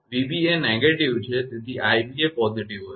𝑣𝑏 એ negative છે તેથી 𝑖𝑏 એ positive હશે